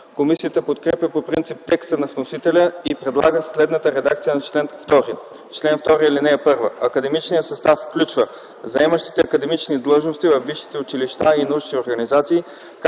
Комисията подкрепя по принцип текста на вносителя и предлага следната редакция на чл. 2: „Чл. 2. (1) Академичният състав включва заемащите академични длъжности във висшите училища и научните организации,